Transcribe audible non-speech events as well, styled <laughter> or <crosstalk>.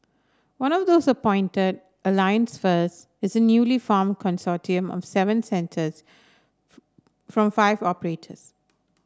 one of those appointed Alliance First is a newly formed consortium of seven centres <unintelligible> from five operators